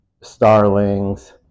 starlings